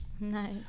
Nice